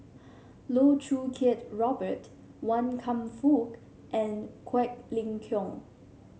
Loh Choo Kiat Robert Wan Kam Fook and Quek Ling Kiong